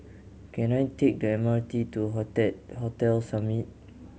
can I take the M R T to Hotel Summit